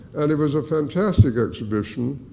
and it was a fantastic exhibition,